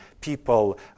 people